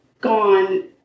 gone